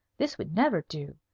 this would never do.